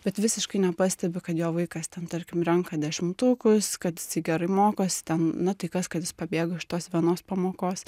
bet visiškai nepastebi kad jo vaikas ten tarkim renka dešimtukus kad jisai gerai mokosi ten na tai kas kad jis pabėgo iš tos vienos pamokos